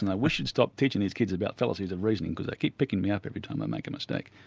and i wish you'd stop teaching these kids about fallacies of reason, because they keep picking me up every time i make a mistake.